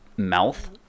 mouth